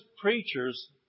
preachers